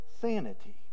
sanity